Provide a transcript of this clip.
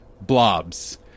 blobs